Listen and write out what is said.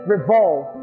revolve